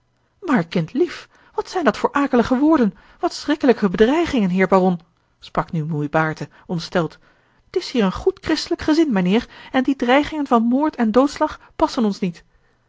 maar kindlief wat zijn dat voor akelige woorden wat schrikkelijke bedreigingen heer baron sprak nu moei baerte ontsteld t is hier een goed christelijk gezin mijnheer en die dreigingen van moord en doodslag passen ons niet